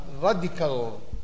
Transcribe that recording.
radical